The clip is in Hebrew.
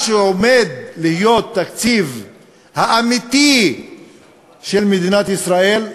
שעומד להיות התקציב האמיתי של מדינת ישראל,